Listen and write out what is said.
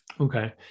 Okay